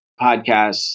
podcasts